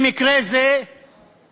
במקרה זה פיס,